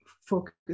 focus